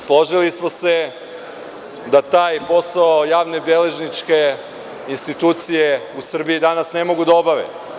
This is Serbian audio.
Složili smo se da taj posao javnobeležničke institucije u Srbiji danas ne mogu da obave.